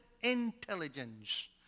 intelligence